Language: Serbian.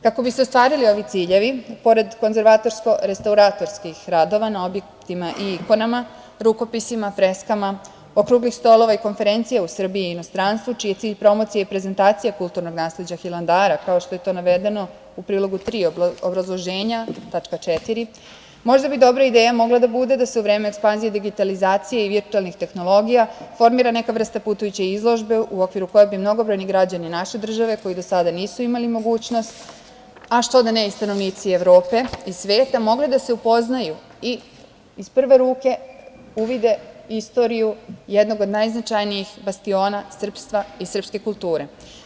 Kako bi se ostvarili ovi ciljevi, pored konzervatorsko-restauratorskih radova na objektima i ikonama, rukopisima, freskama, okruglih stolova i konferencija u Srbiji i inostranstvu čiji je cilj promocija i prezentacija kulturnog nasleđa Hilandara, kao što je to navedeno u prilogu 3. obrazloženja tačka 4, možda bi dobra ideja mogla da bude da se u vreme ekspanzije digitalizacije i virtuelnih tehnologija formira neka vrsta putujuće izložbe u okviru koje bi mnogobrojni građani naše države, koji do sada nisu imali mogućnost, a što da ne i stanovnici Evrope i sveta, mogli da se upoznaju i iz prve ruke uvide istoriju jednog od najznačajnijih bastiona srpstva i srpske kulture.